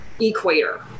equator